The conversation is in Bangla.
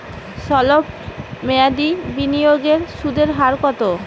সল্প মেয়াদি বিনিয়োগের সুদের হার কত?